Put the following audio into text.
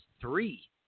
three